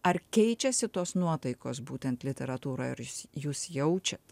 ar keičiasi tos nuotaikos būtent literatūroj ar jūs jūs jaučiat